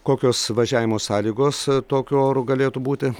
kokios važiavimo sąlygos tokiu oru galėtų būti